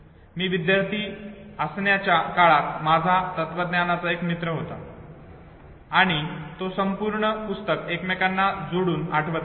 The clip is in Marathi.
मी विद्यार्थी असण्याच्या काळात माझा तत्वज्ञानाचा एक मित्र होता आणि तो संपूर्ण पुस्तक एकमेकांना जोडून आठवत असे